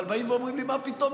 אבל באים ואומרים לי: מה פתאום?